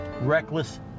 reckless